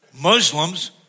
Muslims